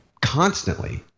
constantly